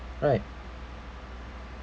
right